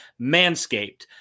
Manscaped